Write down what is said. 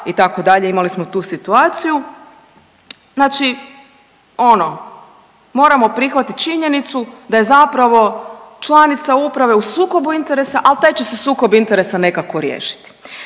itd., imali smo tu situaciju, znači ono, moramo prihvatiti činjenicu da je zapravo članica Uprave u sukobu interesa, ali taj će se sukob interesa nekako riješiti.